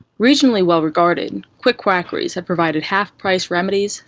regionally well regarded, qwik-quackerys had provided half-price remedies,